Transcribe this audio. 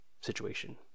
situation